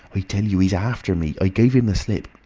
i tell you he's after me. i give him the slip.